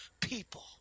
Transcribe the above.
people